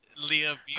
Leah